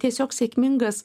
tiesiog sėkmingas